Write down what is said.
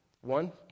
one